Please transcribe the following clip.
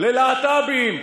ללהט"בים,